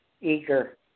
eager